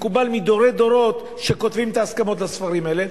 מקובל מדורי דורות שהם כותבים את ההסכמות לספרים האלה,